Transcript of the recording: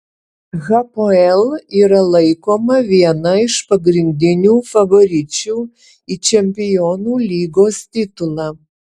hapoel yra laikoma viena iš pagrindinių favoričių į čempionų lygos titulą